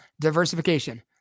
diversification